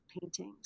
paintings